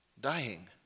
Dying